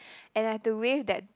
and I have to wave that